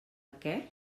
què